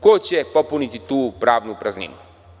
Ko će popuniti tu pravnu prazninu?